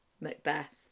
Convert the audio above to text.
Macbeth